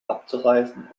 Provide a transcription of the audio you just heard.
abzureißen